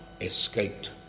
escaped